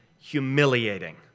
humiliating